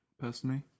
personally